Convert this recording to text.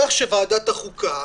כך שוועדת החוקה